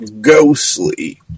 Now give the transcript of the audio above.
Ghostly